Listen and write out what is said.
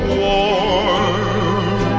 warm